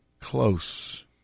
close